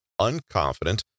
unconfident